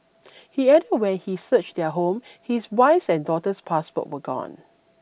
he added when he searched their home his wife's and daughter's passport were gone